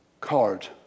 card